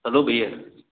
hello भैया